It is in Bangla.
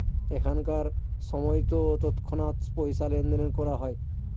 এখনকার সময়তো তৎক্ষণাৎ পয়সা লেনদেন করা হয়